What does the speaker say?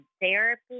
therapy